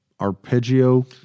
arpeggio